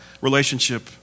relationship